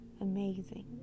amazing